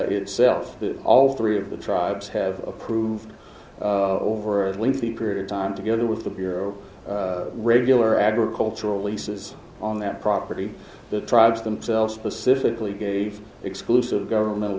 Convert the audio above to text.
itself that all three of the tribes have approved over a lengthy period of time together with the bureau regular agricultural leases on that property the tribes themselves specifically gave exclusive governmental